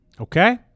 Okay